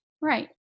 Right